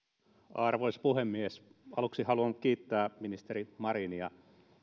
arvoisa puhemies aluksi haluan kiittää ministeri marinia